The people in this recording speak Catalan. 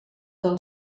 del